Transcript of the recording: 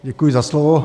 Děkuji za slovo.